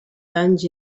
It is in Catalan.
danys